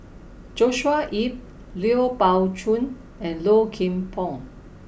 Joshua Ip Lui Pao Chuen and Low Kim Pong